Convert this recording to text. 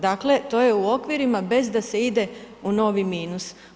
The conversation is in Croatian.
Dakle to je u okvirima bez da se ide u novi minus.